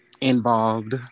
involved